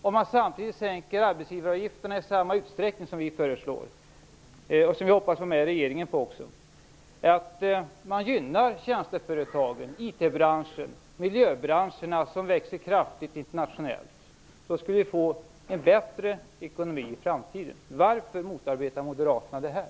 Om man samtidigt sänker arbetsgivaravgifterna i samma utsträckning som vi föreslår, och som vi hoppas få med regeringen på, gynnar man tjänsteföretagen, IT-branschen och miljöbranscherna som växer kraftigt internationellt. Därigenom skulle vi få en bättre ekonomi i framtiden. Varför motarbetar Moderaterna det här?